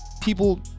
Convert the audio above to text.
people